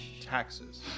Taxes